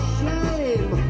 shame